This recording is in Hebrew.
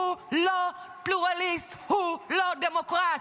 הוא לא פלורליסט, הוא לא דמוקרט,